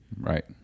Right